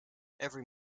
every